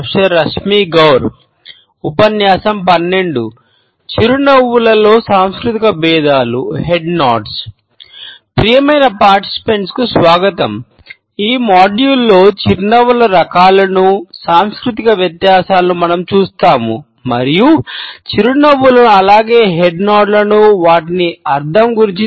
ప్రియమైన పాల్గొనేవారికి